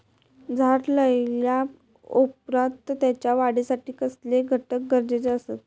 झाड लायल्या ओप्रात त्याच्या वाढीसाठी कसले घटक गरजेचे असत?